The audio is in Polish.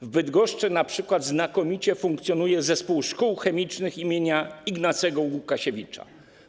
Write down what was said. W Bydgoszczy np. znakomicie funkcjonuje Zespół Szkół Chemicznych im. Ignacego Łukasiewicza.